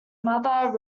mother